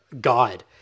guide